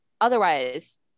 otherwise